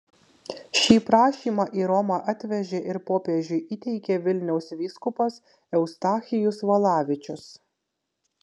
šį prašymą į romą atvežė ir popiežiui įteikė vilniaus vyskupas eustachijus valavičius